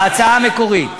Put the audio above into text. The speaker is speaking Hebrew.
ההצעה המקורית.